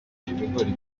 ibigori